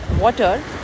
water